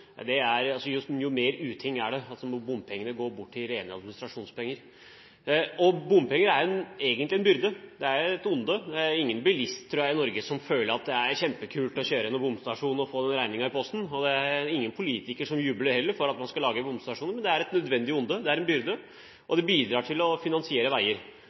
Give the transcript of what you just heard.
uting er det. Bompenger er egentlig en byrde, et onde. Det er ingen bilist i Norge, tror jeg, som føler at det er kjempekult å kjøre igjennom en bomstasjon og få regningen i posten. Og det er heller ingen politiker som jubler over at man skal lage bomstasjoner, men det er et nødvendig onde, det er en byrde, og det bidrar til å finansiere veier.